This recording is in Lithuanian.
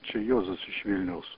čia juozas iš vilniaus